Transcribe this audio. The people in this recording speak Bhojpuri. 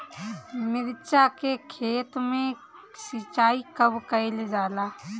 मिर्चा के खेत में सिचाई कब कइल जाला?